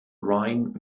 rhine